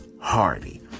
Hardy